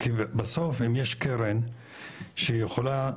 כי בסוף אם יש קרן שהיא יכולה,